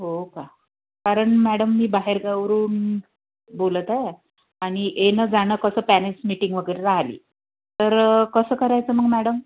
हो का कारण मॅडम मी बाहेरगावावरून बोलत आहे आणि येणं जाणं कसं पॅरेंट्स मीटिंग वगैरे राहिली तर कसं करायचं मग मॅडम